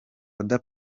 oda